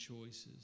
choices